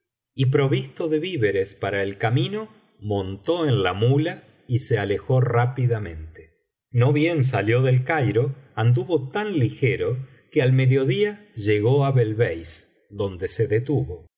y provisto de víveres para el camino montó en la muía y se alejó rápidamente no bien salió del cairo anduvo tan ligero que al mediodía llegó á belbeis donde se detuvo